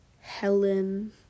Helen